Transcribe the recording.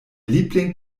liebling